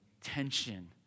tension